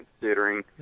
considering